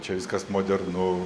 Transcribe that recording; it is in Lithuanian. čia viskas modernu